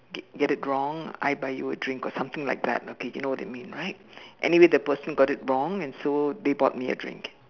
get get it wrong I buy you a drink or something like that okay you know what it mean right anyway the person got it wrong and so they bought me a drink